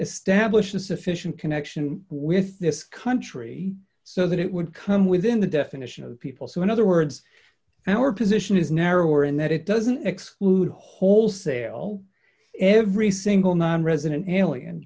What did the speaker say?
established a sufficient connection with this country so that it would come within the definition of people so in other words our position is narrower in that it doesn't exclude a wholesale every single nonresident a